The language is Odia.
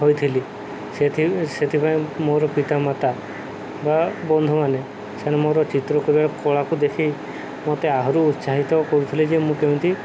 ହୋଇଥିଲି ସେଥିପାଇଁ ମୋର ପିତାମାତା ବା ବନ୍ଧୁମାନେ ସେମାନେ ମୋର ଚିତ୍ର କରିବା କଳାକୁ ଦେଖି ମୋତେ ଆହୁରି ଉତ୍ସାହିତ କରୁଥିଲେ ଯେ ମୁଁ କେମିତି